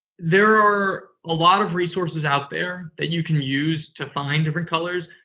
there are a lot of resources out there that you can use to find different colors.